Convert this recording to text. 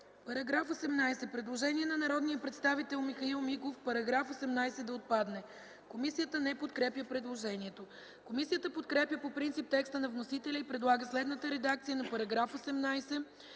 ФИДОСОВА: Предложение на народния представител Михаил Миков –§ 18 да отпадне. Комисията не подкрепя предложението. Комисията подкрепя по принцип текста на вносителя и предлага следната редакция на § 18,